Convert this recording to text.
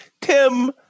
Tim